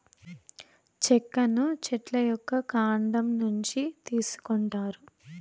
చెక్కను చెట్ల యొక్క కాండం నుంచి తీసుకొంటారు